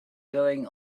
going